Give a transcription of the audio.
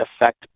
affect